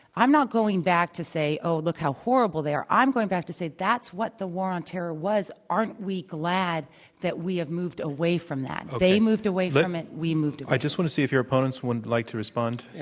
i'm not going back to say, oh, look how horrible they are. i'm going back to say, that's what the war on terror was. aren't we glad that we have moved away from that? they moved away from it. we moved away from it. i just want to see if your opponents would like to respond.